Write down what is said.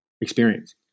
experience